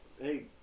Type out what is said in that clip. hey